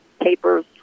papers